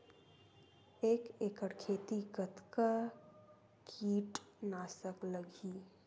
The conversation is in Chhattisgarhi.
एक एकड़ खेती कतका किट नाशक लगही?